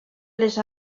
les